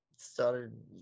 Started